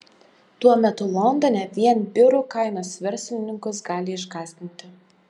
tuo metu londone vien biurų kainos verslininkus gali išgąsdinti